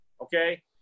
okay